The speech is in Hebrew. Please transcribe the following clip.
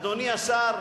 אדוני השר,